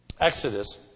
Exodus